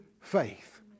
faith